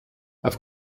auf